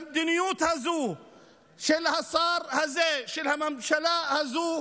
למדיניות הזו של השר הזה, של הממשלה הזו,